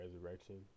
Resurrection